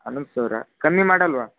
ಹನ್ನೊಂದು ಸಾವಿರ ಕಡ್ಮೆ ಮಾಡಲ್ವಾ